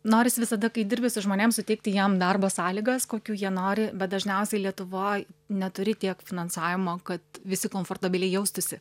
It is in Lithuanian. norisi visada kai dirbi su žmonėm suteikti jiem darbo sąlygas kokių jie nori bet dažniausiai lietuvoj neturi tiek finansavimo kad visi komfortabiliai jaustųsi